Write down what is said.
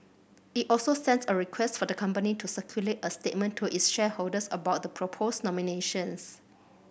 it also sends a request for the company to circulate a statement to its shareholders about the proposed nominations